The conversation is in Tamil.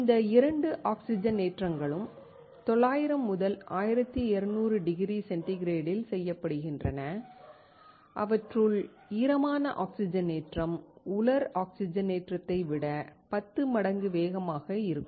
இந்த இரண்டு ஆக்ஸிஜனேற்றங்களும் 900 முதல் 1200 டிகிரி சென்டிகிரேடில் செய்யப்படுகின்றன அவற்றுள் ஈரமான ஆக்சிஜனேற்றம் உலர் ஆக்ஸிஜனேற்றத்தை விட 10 மடங்கு வேகமாக இருக்கும்